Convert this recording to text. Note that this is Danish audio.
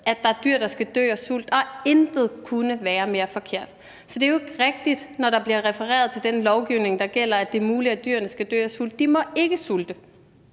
at der er dyr, der skal dø af sult, og intet kunne være mere forkert. Så det er jo ikke rigtigt, når der bliver refereret til den lovgivning, der gælder, og at det er muligt, at dyrene skal dø af sult. Dyrene må ikke sulte